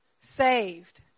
saved